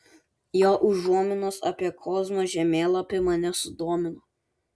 jo užuominos apie kozmo žemėlapį mane sudomino